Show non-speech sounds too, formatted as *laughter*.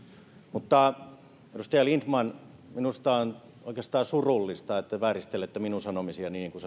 mutta edustaja lindtman minusta on oikeastaan surullista että vääristelette minun sanomisiani niin kuin *unintelligible*